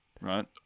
Right